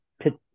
pit